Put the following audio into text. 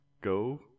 Go